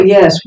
Yes